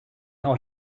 ought